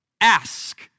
Ask